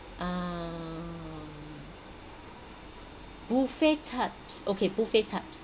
um buffet types okay buffet types